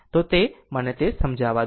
તો અને મને તે સમજાવા દો